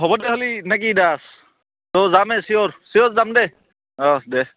হ'ব দে হ'লি নেকি দাস অ' যামেই চিঞ'ৰ চিঞ'ৰ যাম দেই অ দে